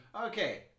Okay